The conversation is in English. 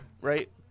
Right